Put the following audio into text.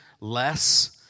less